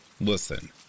Listen